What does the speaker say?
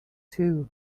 too